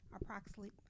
approximately